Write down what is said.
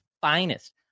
finest